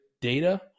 data